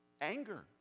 Anger